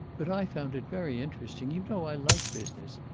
but i found it very interesting. you know, i like business.